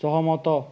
ସହମତ